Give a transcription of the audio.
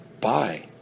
Bye